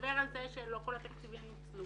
ולדבר על כך שלא כל התקציבים נוצלו,